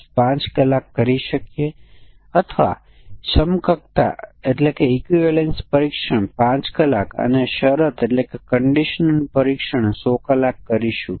અને આપણે તેને પસંદ કરી શકીએ છીએ કે તે આ બંનેને લાગુ પડે છે અને તેથી જો આપણે આ સમકક્ષ વર્ગના પ્રતિનિધિને ધ્યાનમાં લઈએ તો આપણને 11 ની જરૂર પડશે